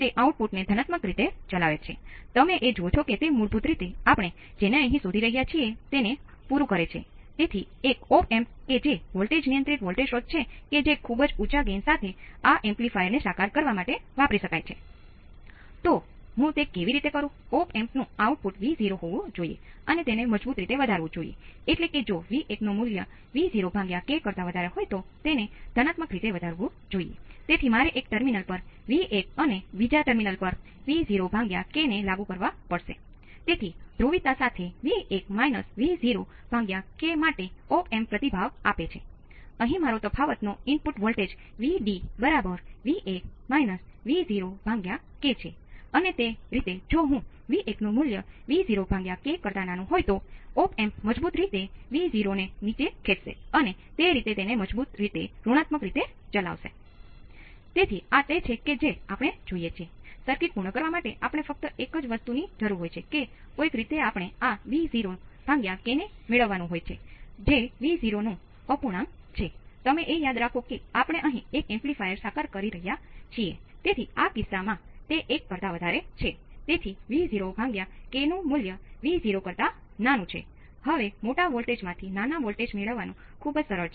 આ એટલા માટે ઉપયોગી છે કે ઘણી વખત તમારે બે મોટા વોલ્ટેજ વચ્ચેના તફાવતની ગણતરી કરવી પડશે પરંતુ તેનો તફાવત નાનો હોય છે પરંતુ દરેક વોલ્ટેજ મોટો હોય છે